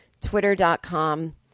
twitter.com